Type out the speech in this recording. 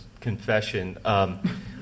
confession